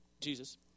Jesus